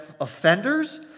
offenders